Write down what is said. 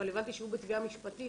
אבל הבנתי שהוא בתביעה משפטית,